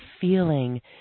feeling